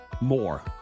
more